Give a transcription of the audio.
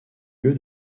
lieu